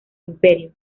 imperio